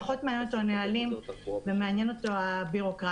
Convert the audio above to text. פחות מעניינים אותו הנהלים ולא מעניינת אותו הבירוקרטיה.